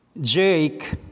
Jake